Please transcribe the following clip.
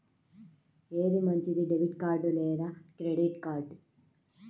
ఏది మంచిది, debit card లేదా క్రెడిట్ కార్డ్?